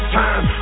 time